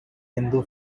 hindu